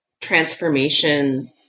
transformation